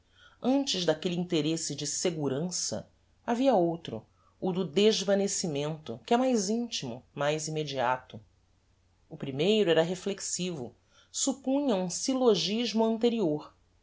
antes daquelle interesse de segurança havia outro o do desvanecimento que é mais intimo mais immediato o primeiro era reflexivo suppunha um syllogismo anterior